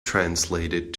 translated